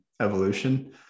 evolution